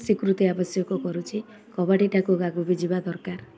ସ୍ୱୀକୃତି ଆବଶ୍ୟକ କରୁଛି କବାଡ଼ିଟାକୁ ଆଗକୁ ବି ଯିବା ଦରକାର